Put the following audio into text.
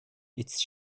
its